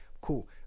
cool